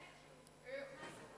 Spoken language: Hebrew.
איך?